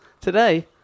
today